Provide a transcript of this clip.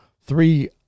three